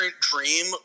dream